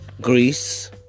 Greece